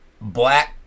black